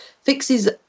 Fixes